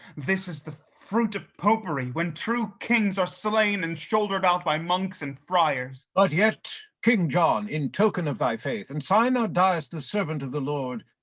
this is the fruit of popery, when true kings are slain and shouldered out by monks and friars. but yet, king john, in token of thy faith, and sign thou diest the servant of the lord,